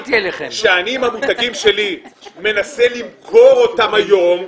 שכאשר אני עם המותגים שלי מנסה למכור אותם היום,